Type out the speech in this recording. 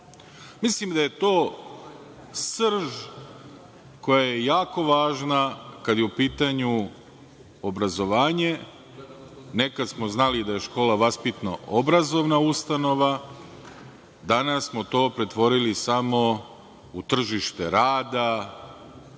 Mislim da je to srž koja je jako važna kada je u pitanju obrazovanje, nekada smo znali da je škola vaspitno-obrazovna ustanova, danas smo to pretvorili samo u tržište rada,